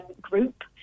group